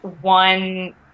one